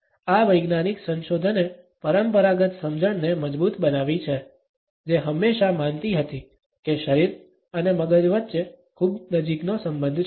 આ વૈજ્ઞાનિક સંશોધનએ પરંપરાગત સમજણને મજબૂત બનાવી છે જે હંમેશા માનતી હતી કે શરીર અને મગજ વચ્ચે ખૂબ નજીકનો સંબંધ છે